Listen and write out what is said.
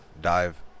dive